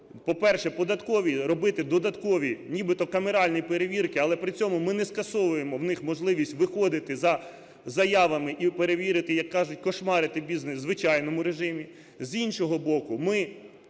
по-перше, податковій роботи додаткові, нібито камеральні перевірки, але при цьому ми не скасовуємо в них можливість виходити за заявами і перевірити, як кажуть, "кошмарити" бізнес в звичайному режимі, з іншого боку, ми